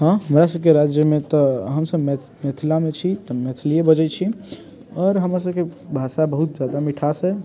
हँ हमरा सभकेँ राज्यमे तऽ हम सभ मिथिलामे छी तऽ मैथलिये बजैत छी आओर हमर सभकेँ भाषा बहुत जादा मिठास अछि